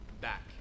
back